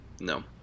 No